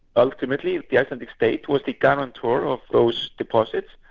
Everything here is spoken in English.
ultimately the icelandic state was the guarantor of those deposits.